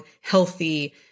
healthy